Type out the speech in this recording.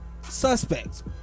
suspects